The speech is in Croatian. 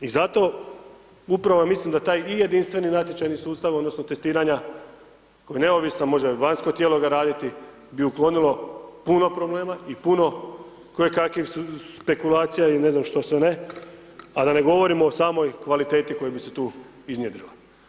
I zato upravo mislim da taj i jedinstveni natječaj i sustav odnosno testiranja koji je neovisan može vanjsko tijelo ga raditi bi uklonilo puno problema i puno kojekakvih spekulacija ili ne znam što sve ne a da ne govorimo o samoj kvaliteti koja bi se tu iznjedrila.